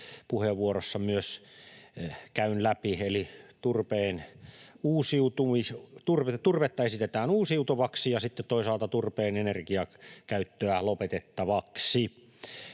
puheenvuorossa myös käyn läpi, eli turvetta esitetään uusiutuvaksi ja sitten toisaalta turpeen energiakäyttöä lopetettavaksi.